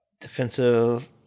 defensive